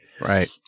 right